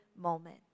moment